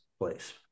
place